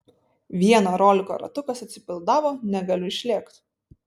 vieno roliko ratukas atsipalaidavo negaliu išlėkt